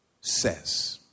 says